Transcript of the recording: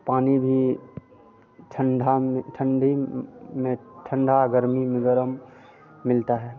पानी भी ठंडा म ठंडी में ठंडा गर्मी में गर्म मिलता है